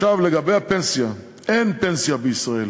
לגבי הפנסיה, אין פנסיה בישראל.